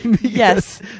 Yes